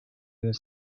was